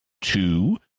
Two